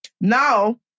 Now